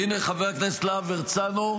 הינה, חבר הכנסת להב הרצנו,